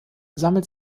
sammelt